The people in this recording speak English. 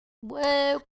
Whoa